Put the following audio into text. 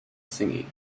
signing